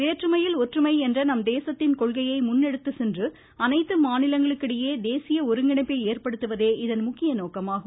வேற்றுமையில் ஒற்றுமை என்ற நம் தேசத்தின் கொள்கையை முன் எடுத்துச் மாநிலங்களுக்கிடையே தேசிய ஒருங்கிணைப்பை சென்று அனைத்து ஏற்படுத்துவதே இதன் முக்கிய நோக்கமாகும்